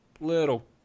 little